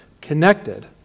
connected